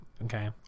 okay